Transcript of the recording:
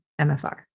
MFR